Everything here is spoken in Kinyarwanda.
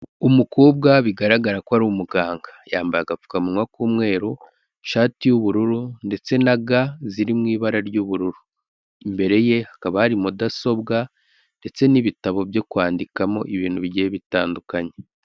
Umukobwa bigaragara ko ari umuganga, yambaye agapfukamunwa k'umweru shati y'ubururu ndetse na ga ziri mu ibara ry'ubururu. Imbere ye hakaba hari mudasobwa ndetse n'ibitabo byo kwandikamo ibintu bigiye bitandukanye.